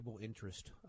interest